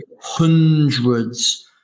hundreds